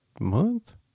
month